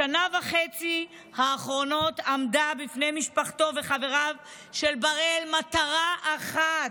בשנה וחצי האחרונה עמדה בפני משפחתו וחבריו של בראל מטרה אחת,